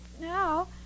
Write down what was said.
now